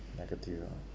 negative ah